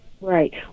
Right